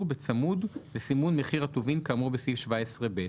בצמוד לסימון מחיר הטובין כאמור בסעיף 17ב,".